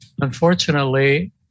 Unfortunately